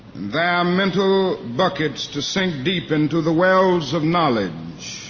their mental buckets to sink deep into the wells of knowledge